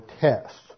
tests